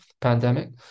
pandemic